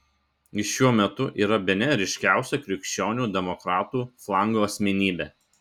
jis šiuo metu yra bene ryškiausia krikščionių demokratų flango asmenybė